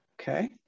Okay